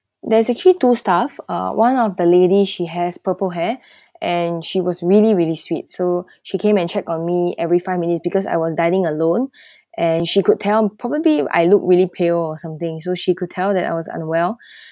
there's actually two staff uh one of the lady she has purple hair and she was really really sweet so she came and check on me every five minutes because I was dining alone and she could tell probably I looked really pale or something so she could tell that I was unwell